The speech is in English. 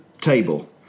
table